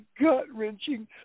gut-wrenching